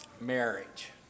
marriage